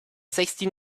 sixty